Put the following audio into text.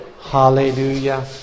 Hallelujah